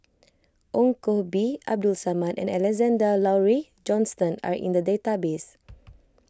Ong Koh Bee Abdul Samad and Alexander Laurie Johnston are in the database